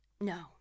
No